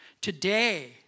Today